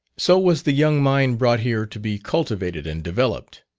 so was the young mind brought here to be cultivated and developed.